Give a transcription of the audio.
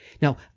Now